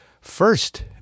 First